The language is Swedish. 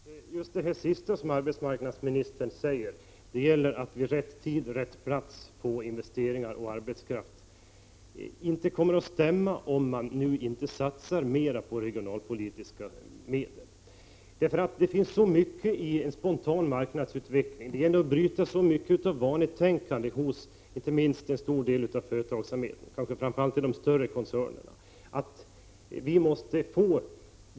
Herr talman! Just det sista som arbetsmarknadsministern sade — att vid rätt tidpunkt och till rätt plats få investeringar och arbetskraft — kommer inte att stämma om vi inte nu satsar mer på regionalpolitiska medel. Det ligger så mycket i en spontan marknadsutveckling. Det gäller att bryta så mycket av vanetänkande hos inte minst en stor del av företagen, kanske framför allt inom de större koncernerna.